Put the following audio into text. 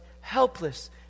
helpless